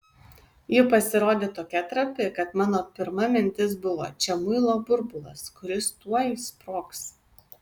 ji pasirodė tokia trapi kad mano pirma mintis buvo čia muilo burbulas kuris tuoj sprogs